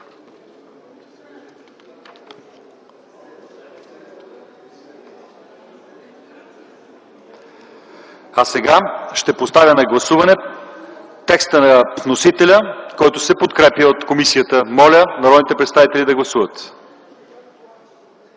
Сега ще поставя на гласуване текста на вносителя, който се подкрепя от комисията. Моля народните представители да гласуват.